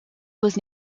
was